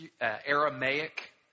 Aramaic